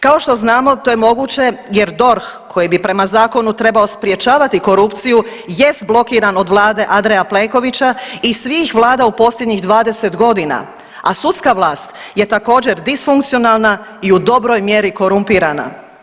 Kao što znamo to je moguće jer DORH koji bi prema zakonu trebao sprječavati korupciju jest blokiran od vlade Andreja Plenkovića i svih Vlada u posljednjih 20 godina, a sudska vlast je također disfunkcionalna i u dobroj mjeri korumpirana.